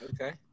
Okay